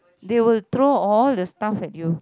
they will throw all the stuff at you